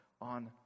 on